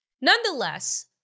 Nonetheless